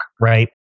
right